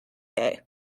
day